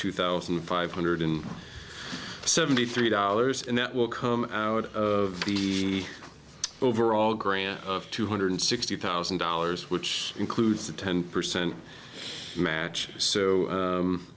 two thousand five hundred seventy three dollars and that will come out of the overall grant of two hundred sixty thousand dollars which includes a ten percent match so